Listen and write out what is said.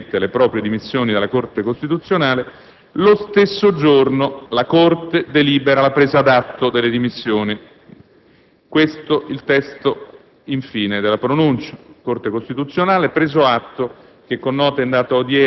irrevocabilmente, le proprie dimissioni dalla Corte costituzionale. Lo stesso giorno la Corte delibera la presa d'atto delle dimissioni. Questo il testo infine della pronuncia: «la Corte costituzionale, preso atto